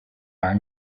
are